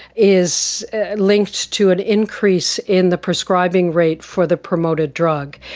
is linked to an increase in the prescribing rate for the promoted drug.